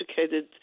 educated